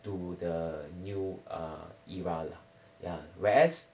to the new err era lah ya whereas